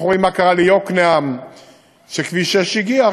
אנחנו רואים מה קרה ליקנעם כשכביש 6 הגיע,